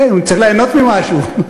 כן, צריך ליהנות ממשהו.